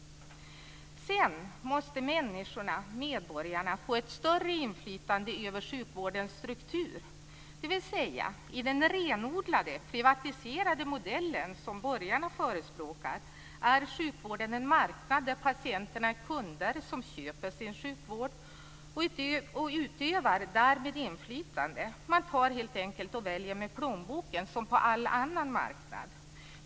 För det tredje måste medborgarna få ett större inflytande över sjukvårdens struktur. I den renodlat privatiserade modell som borgarna förespråkar är sjukvården en marknad, där patienterna är kunder som utövar inflytande genom att köpa sin sjukvård. De väljer helt enkelt med plånboken, som på alla andra marknader.